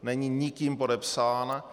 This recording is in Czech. Není nikým podepsán.